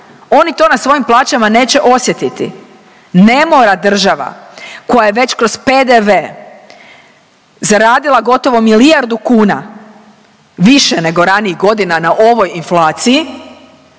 Oni to na svojim plaćama neće osjetiti. Ne mora država koja je već kroz PDV zaradila gotovo milijardu kuna više nego ranijih godina na ovoj inflaciji